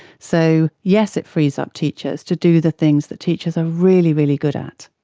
so yes, it frees up teachers to do the things that teachers are really, really good at,